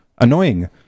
annoying